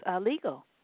legal